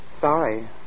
Sorry